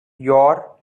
your